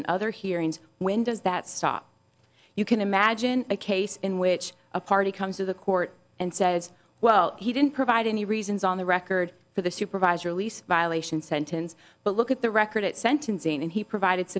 and other hearings when does that stop you can imagine a case in which a party comes to the court and says well he didn't provide any reasons on the record for the supervisor lease violation sentence but look at the record at sentencing and he provided